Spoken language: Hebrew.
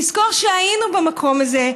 לזכור שהיינו במקום הזה,